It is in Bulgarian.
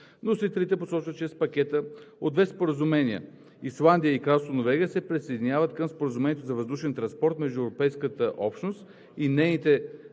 Вносителите посочват, че с пакета от двете споразумения Исландия и Кралство Норвегия се присъединяват към Споразумението за въздушен транспорт между Европейската общност и нейните